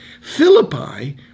Philippi